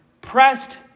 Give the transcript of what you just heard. pressed